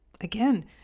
Again